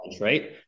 right